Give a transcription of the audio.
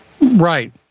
Right